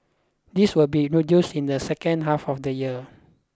this will be introduced in the second half of the year